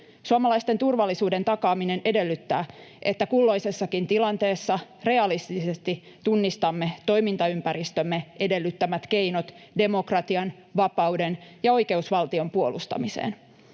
Suomalaisten turvallisuuden takaaminen edellyttää, että kulloisessakin tilanteessa realistisesti tunnistamme toimintaympäristömme edellyttämät keinot, demokratian, vapauden ja oikeusvaltion puolustamiseen.